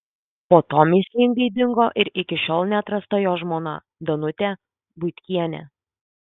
po to mįslingai dingo ir iki šiol neatrasta jo žmona danutė buitkienė